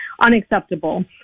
unacceptable